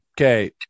Okay